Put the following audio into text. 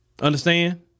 Understand